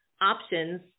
options